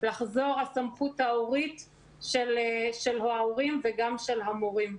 לחזור הסמכות ההורית של ההורים וגם של המורים.